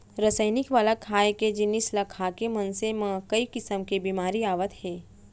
रसइनिक वाला खाए के जिनिस ल खाके मनखे म कइ किसम के बेमारी आवत हे